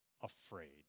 afraid